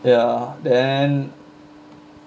ya then